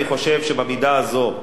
אני חושב שהמידה הזאת,